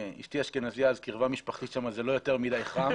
אשתי אשכנזייה אז קרבה משפחתית שם זה לא יותר מדי חם.